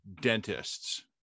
dentists